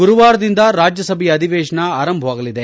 ಗುರುವಾರದಿಂದ ರಾಜ್ಯಸಭೆಯ ಅಧಿವೇಶನ ಆರಂಭವಾಗಲಿದೆ